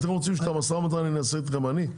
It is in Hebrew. אתם רוצים שאת המשא ומתן אעשה איתכם אני?